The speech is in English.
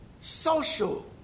social